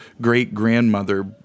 great-grandmother